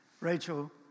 Rachel